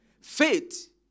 Faith